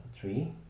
three